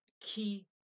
key